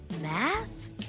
math